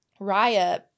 Raya